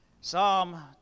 Psalm